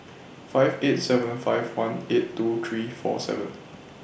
five eight seven five one eight two three four seven